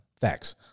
Facts